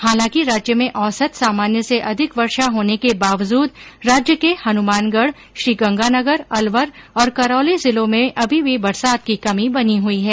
हालांकि राज्य में औसत सामान्य से अधिक वर्षा होने के बावजूद राज्य के हनुमानगढ श्रीगंगानगर अलवर और करौली जिलों में अभी भी बरसात की कमी बनी हई है